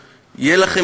אותם?